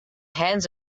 hens